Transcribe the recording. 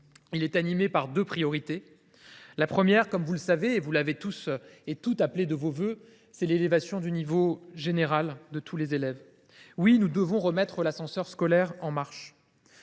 Il est inspiré par deux priorités. La première, vous l’avez tous appelée de vos vœux, c’est l’élévation du niveau général de tous les élèves. Oui, nous devons remettre l’ascenseur scolaire en marche.